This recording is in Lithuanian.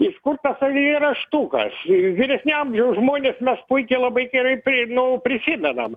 iš kur tas eilėraštukas vyresnio amžiaus žmonės mes puikiai labai gerai pri nu prisimenam